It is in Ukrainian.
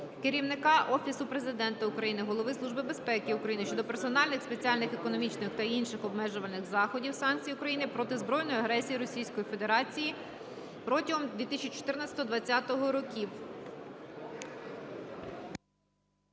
Керівника Офісу Президента України, Голови Служби безпеки України щодо персональних спеціальних економічних та інших обмежувальних заходів (санкцій) України проти збройної агресії Російської Федерації протягом 2014-2020 років.